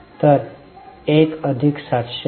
तर ते एक अधिक 700 आहे